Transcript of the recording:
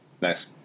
nice